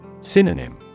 Synonym